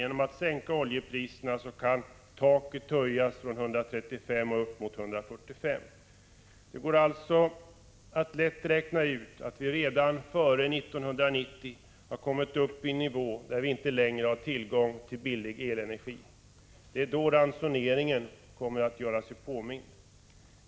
Genom att oljepriserna sänks kan taket höjas från 135 upp mot 145. Det går lätt att räkna ut att vi redan före 1990 har kommit upp i en nivå där vi inte längre har tillgång till billig elenergi. Det är då ransoneringen kommer att göra sig påmind.